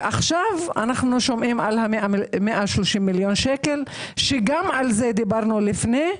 ועכשיו אנו שומעים על 130 מיליון שקל שגם על זה דיברנו לפני.